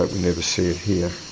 ah never see it here.